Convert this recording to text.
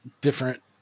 different